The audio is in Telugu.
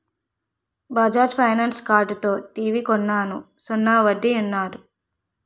బజాజ్ ఫైనాన్స్ కార్డుతో టీవీ కొన్నాను సున్నా వడ్డీ యన్నాడు